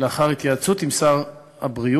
לאחר התייעצות עם שר הבריאות,